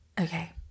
Okay